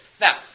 Now